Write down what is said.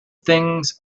things